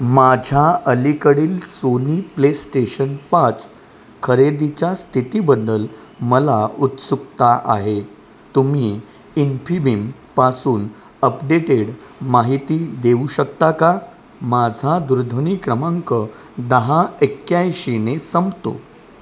माझ्या अलीकडील Sony PlayStation पाच खरेदीच्या स्थितीबद्दल मला उत्सुकता आहे तुम्ही इनफिबिमपासून अपडेटेड माहिती देऊ शकता का माझा दूरध्वनी क्रमांक दहा एक्याऐंशीने संपतो